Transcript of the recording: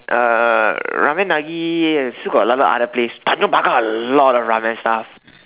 uh ramen-nagi still got lot of other place Tanjong-Pagar a lot of ramen stuff